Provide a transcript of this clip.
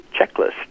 checklist